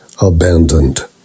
abandoned